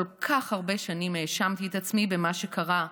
כל כך הרבה שנים האשמתי את עצמי במה שקרה,